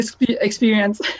experience